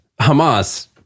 Hamas